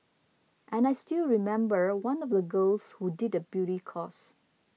and I still remember one of the girls who did a beauty course